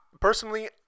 personally